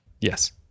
yes